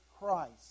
Christ